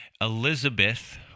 Elizabeth